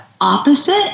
opposite